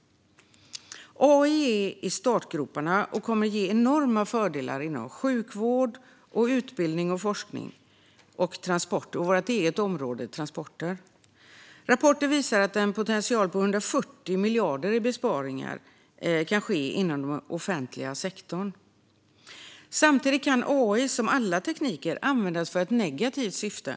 AI ligger i startgroparna och kommer att ge enorma fördelar inom sjukvård, utbildning och forskning, liksom inom trafikutskottets eget område - transporter. Rapporter visar att det finns potential till besparingar om 140 miljarder inom den offentliga sektorn. Samtidigt kan AI, som alla tekniker, användas i negativa syften.